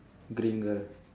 green girl